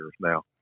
now